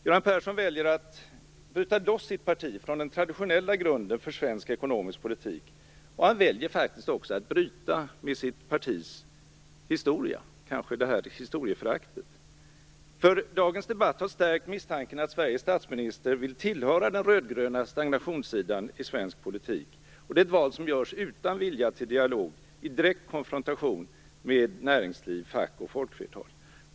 Göran Persson väljer att bryta loss sitt parti från den traditionella grunden för svensk ekonomisk politik, och han väljer faktiskt också att bryta med sitt partis historia. Kanske är det här vi ser historieföraktet. Dagens debatt har stärkt misstanken att Sveriges statsminister vill tillhöra den röd-gröna stagnationssidan i svensk politik, och det är ett val som görs utan vilja till dialog, i direkt konfrontation med näringsliv, fack och folkflertal.